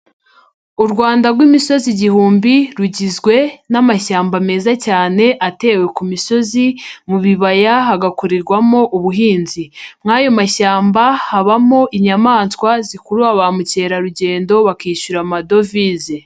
U Rwanda rw'imisozi igihumbi rugizwe n'amashyamba meza cyane atewe ku misozi, mu bibaya hagakorerwamo ubuhinzi nk'ayo mashyamba habamo inyamaswa zikurura ba mukerarugendo bakishyura amadovize.